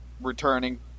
returning